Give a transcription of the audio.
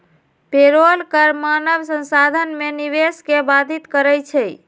payroll कर मानव संसाधन में निवेश के बाधित करइ छै